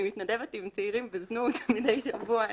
אני מתנדבת עם צעירים בזנות מדי שבוע,